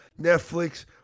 Netflix